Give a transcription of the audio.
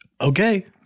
Okay